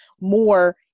more